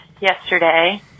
yesterday